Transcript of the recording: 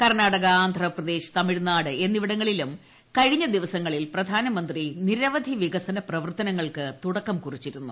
കർണ്ണാടക ആന്ധ്രാപ്രദേശ് തമിഴ്നാട് എന്നിവിടങ്ങളിലും കഴിഞ്ഞ ദിവസങ്ങളിൽ പ്രധാനമന്ത്രി നിരവധി വികസന പ്രവർത്തനങ്ങൾക്ക് തുടക്കം കുറിച്ചിരുന്നു